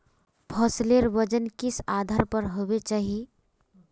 फसलेर वजन किस आधार पर होबे चही?